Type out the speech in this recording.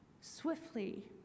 swiftly